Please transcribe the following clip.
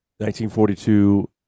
1942